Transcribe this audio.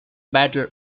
battle